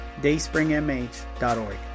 dayspringmh.org